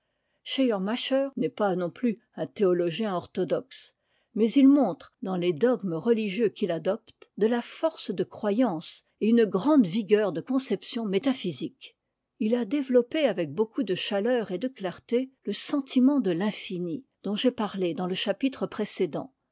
impartial schleiermacher n'est pas non plus un théologien orthodoxe mais il montre dans les dogmes religieux qu'il adoptede la force de croyance et une grande vigueur de conception métaphysique il a développé avec beaucoup de chaleur et de clarté le sentiment de l'infini dont j'ai parlé dans le chapitre précédent